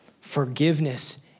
Forgiveness